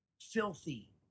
filthy